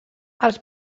els